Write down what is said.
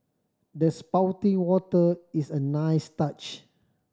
the spouting water is a nice touch